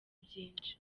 byinshi